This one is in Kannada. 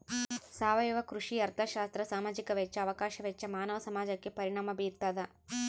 ಸಾವಯವ ಕೃಷಿ ಅರ್ಥಶಾಸ್ತ್ರ ಸಾಮಾಜಿಕ ವೆಚ್ಚ ಅವಕಾಶ ವೆಚ್ಚ ಮಾನವ ಸಮಾಜಕ್ಕೆ ಪರಿಣಾಮ ಬೀರ್ತಾದ